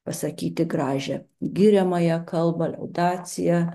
pasakyti gražią giriamąją kalbą liaudaciją